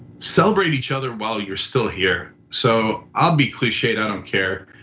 celebrate each other while you're still here. so i'll be cliche, i don't care.